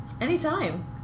anytime